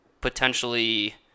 potentially